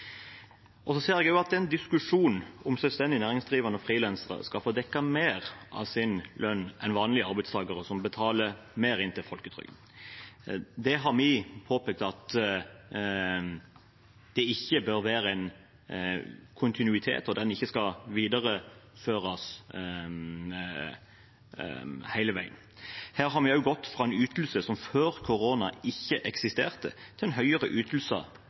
ser også at det er en diskusjon om hvorvidt selvstendig næringsdrivende og frilansere skal få dekket mer av sin lønn enn vanlige arbeidstakere, som betaler mer inn til folketrygden. Det har vi påpekt at ikke bør være en kontinuitet, og at det ikke skal videreføres hele veien. Her har vi også gått fra en ytelse som før korona ikke eksisterte, til en ytelse som er høyere